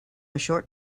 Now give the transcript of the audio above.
short